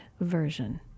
version